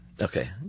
Okay